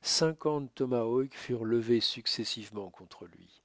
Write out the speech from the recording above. cinquante tomahawks furent levés successivement contre lui